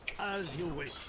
as you would